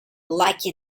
like